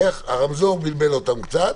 הרמזור קצת בלבל אותם.